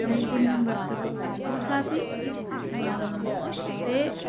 नैपुण्यं वर्तते तथापि ते